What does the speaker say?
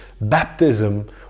baptism